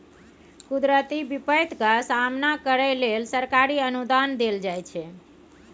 कुदरती बिपैत के सामना करइ लेल सरकारी अनुदान देल जाइ छइ